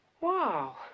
Wow